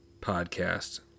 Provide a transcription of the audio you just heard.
Podcast